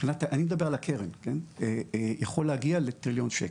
אני מדבר על הקרן, יכול להגיע לטריליון שקל.